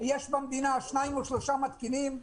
שיש במדינה שניים או שלושה מתקינים.